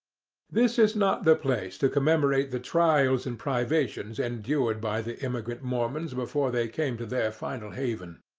this is not the place to commemorate the trials and privations endured by the immigrant mormons before they came to their final haven.